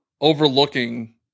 overlooking